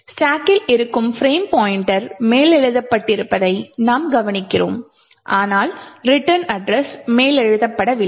stock கில் இருக்கும் frame pointer மேலெழுதப்பட்டிருப்பதை நாம் கவனிக்கிறோம் ஆனால் ரிட்டர்ன் அட்ரஸ் மேலெழுதப்படவில்லை